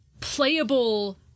playable